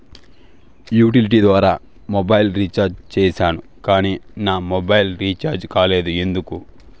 Utility ద్వారా mobile recharge సేసాను కానీ నా మొబైల్ రీచార్జి కాలేదు ఎందుకు?